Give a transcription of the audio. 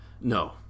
No